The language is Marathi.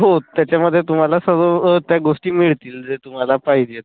हो त्याच्यामध्ये तुम्हाला सर्व त्या गोष्टी मिळतील जे तुम्हाला पाहिजेत